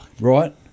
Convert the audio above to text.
right